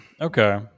Okay